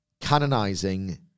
canonizing